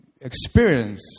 experience